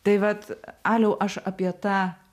tai vat aliau aš apie tą